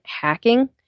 hacking